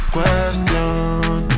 Question